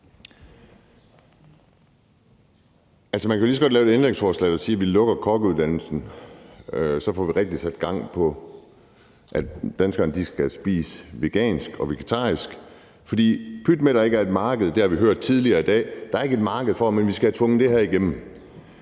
altså, man kan jo lige så godt stille et ændringsforslag, der siger, at vi lukker kokkeuddannelsen, og så får vi rigtig sat gang i, at danskerne skal spise vegansk og vegetarisk. For pyt med, at der ikke er et marked – det har vi hørt tidligere i dag. Der er ikke et marked for det, men vi skal have tvunget det her igennem,